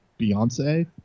Beyonce